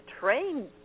train